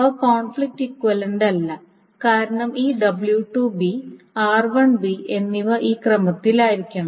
അവ കോൺഫ്ലിക്റ്റ് ഇക്വിവലൻറ്റല്ല കാരണം ഈ w2 r1 എന്നിവ ഈ ക്രമത്തിലായിരിക്കണം